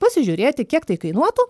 pasižiūrėti kiek tai kainuotų